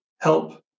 help